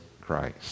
Christ